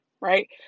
right